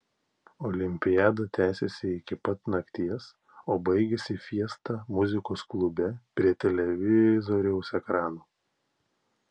olimpiada tęsėsi iki pat nakties o baigėsi fiesta muzikos klube prie televizoriaus ekrano